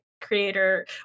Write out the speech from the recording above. creator